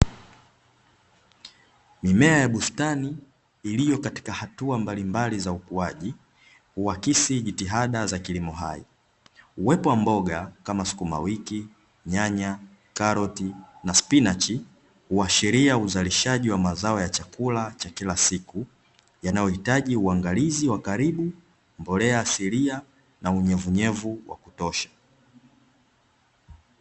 Mimea ya bustani iliyo katika hatua mbalimbali za ukuhaji, huakisi jitihada za kilimo hai uwepo wa mboga kama: sukumawiki, nyanya, karoti na spinachi huashiria uzalishaji wa mazao ya chakula cha kila siku yanayo hitaji uangalizi wa karibu mbolea hasilia na unyevunyevu wa kutosha .